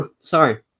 sorry